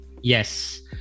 Yes